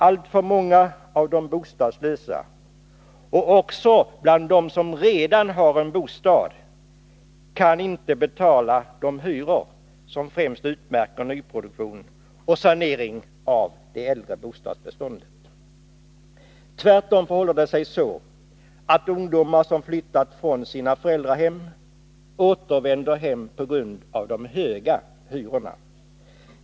Alltför många av de bostadslösa — och också av dem som redan har en bostad — kan inte betala de hyror som främst utmärker nyproduktion och sanerade hus inom det äldre bostadsbeståndet. Tvärtom förhåller det sig så, att ungdomar som flyttat från sina föräldrahem återvänder hem på grund av de höga hyrorna.